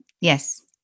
Yes